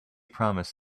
promised